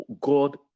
God